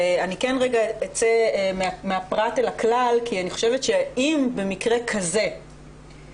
ואני כן רגע אצא מהפרט אל הכלל כי אני חושבת שאם במקרה כזה אין